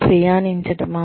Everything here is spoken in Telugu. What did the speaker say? ఇది ప్రయానించటమా